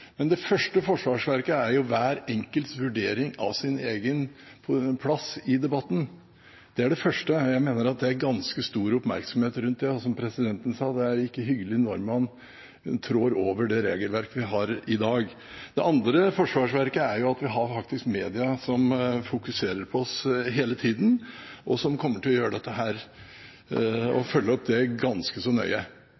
Men det første forsvarsverket er hver enkelts vurdering av sin egen plass i debatten. Det er det første, og jeg mener at det er ganske stor oppmerksomhet rundt det, og som stortingspresidenten sa, er det ikke hyggelig når man trår over det regelverket vi har i dag. Det andre forsvarsverket er media, som fokuserer på oss hele tida, og som kommer til å følge opp dette ganske så nøye. Det norske samfunnet preges av tillit og